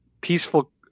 peaceful